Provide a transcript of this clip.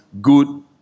good